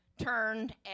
turned